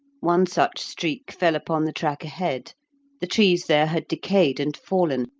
one such streak fell upon the track ahead the trees there had decayed and fallen,